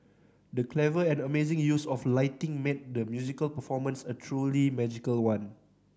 the clever and amazing use of lighting made the musical performance a truly magical one